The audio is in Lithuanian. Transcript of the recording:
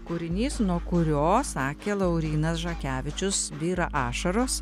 kūrinys nuo kurio sakė laurynas žakevičius byra ašaros